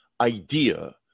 idea